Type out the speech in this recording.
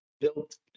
built